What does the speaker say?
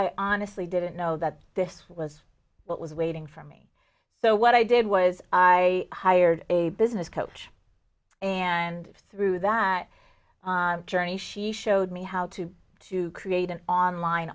i honestly didn't know that this was what was waiting for me so what i did was i hired a business coach and through that journey she showed me how to to create an online